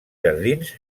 jardins